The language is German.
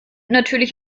natürlich